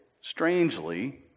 strangely